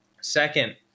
Second